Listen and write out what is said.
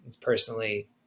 personally